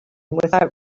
without